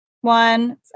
one